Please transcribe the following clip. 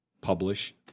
publish